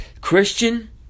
Christian